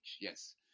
yes